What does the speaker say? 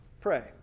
pray